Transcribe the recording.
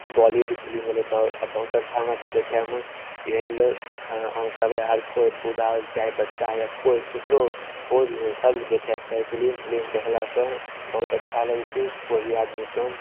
Bollywood film होलै बहुत अच्छा छै हमरा सबके देखैमे एहि लै हम कहबै हर केओ बूढ़ा होइ चाहे बच्चा या केओ केकरो केओ भी हो सबके देखे के चाही फिलिम फिलिम देखलासँ बहुत अच्छा लगैत छै केओ भी आदमीके